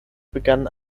begann